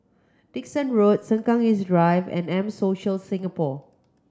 Dickson Road Sengkang East Drive and M Social Singapore